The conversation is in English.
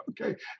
Okay